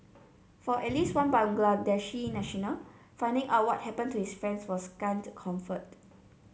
for at least one Bangladeshi national finding out what happened to his friend was scant comfort